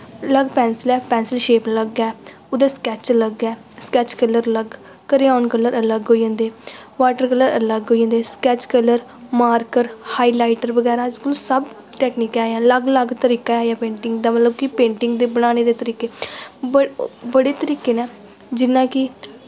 अलग पैंसल ऐ pencil shape अलग ऐ ओह्दा स्क्रैच अलग ऐ स्कैच कलर अलग करेओन कलर अलग होई जंदे वाटर कलर अलग होई जंदे sketch colour marker highlighter बगैरा अज्ज कल सब टैकनीक ऐ अलग अलग तरीका ऐ पेंटिंग दा मतलब कि पेंटिंग दे बनाने दे तरीके बड़े बड़े तरीके न जियां कि